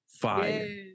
fire